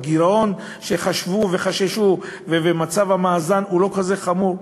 הגירעון שחשבו וחששו ממנו ומצב המאזן הם לא כאלה חמורים.